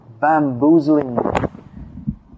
bamboozling